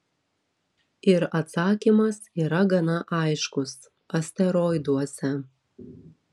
ir atsakymas yra gana aiškus asteroiduose